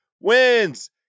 Wins